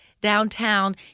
downtown